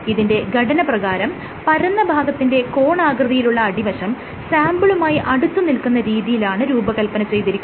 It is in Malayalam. ഇതിന്റെ ഘടനപ്രകാരം പരന്ന ഭാഗത്തിന്റെ കോണാകൃതിയിലുള്ള അടിവശം സാംപിളുമായി അടുത്തുനിൽക്കുന്ന രീതിയിലാണ് രൂപകൽപന ചെയ്തിരിക്കുന്നത്